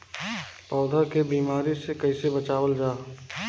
पौधा के बीमारी से कइसे बचावल जा?